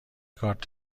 کارت